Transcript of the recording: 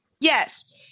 Yes